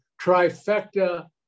trifecta